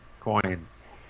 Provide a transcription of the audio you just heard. coins